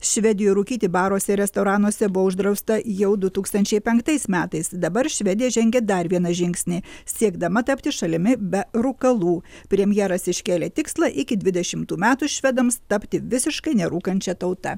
švedijoj rūkyti baruose ir restoranuose buvo uždrausta jau du tūkstančiai penktais metais dabar švedija žengia dar vieną žingsnį siekdama tapti šalimi be rūkalų premjeras iškėlė tikslą iki dvidešimtų metų švedams tapti visiškai nerūkančia tauta